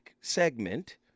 segment